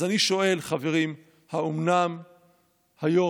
אז אני שואל, חברים, האומנם היום,